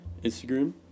Instagram